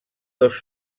dos